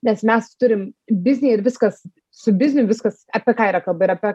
nes mes turim viziją ir viskas su bizniu viskas apie ką yra kalba ir apie